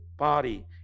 body